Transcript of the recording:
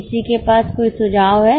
किसी के पास कोई सुझाव है